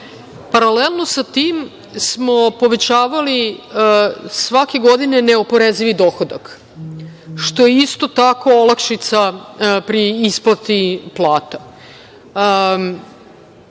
porez. Paralelno sa tim smo povećavali svake godine neoporezivi dohodak, što je isto tako olakšica pri isplati plata.